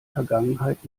vergangenheit